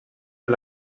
per